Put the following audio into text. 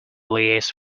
liaise